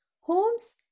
Holmes